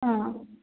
ಹಾಂ